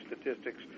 statistics